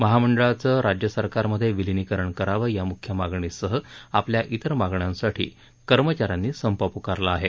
महामंडळाचं राज्यसरकार मध्ये विलीनीकरण करावं या मुख्य मागणीसह आपल्या इतर मागण्यांसाठी कर्मचाऱ्यांनी संप पुकारला आहे